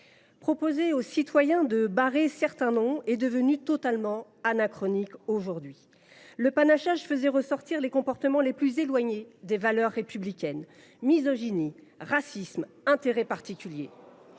Proposer aux citoyens de barrer certains noms est devenu totalement anachronique aujourd’hui. Le panachage faisait ressortir les comportements les plus éloignés des valeurs républicaines : misogynie, racisme, intérêts particuliers.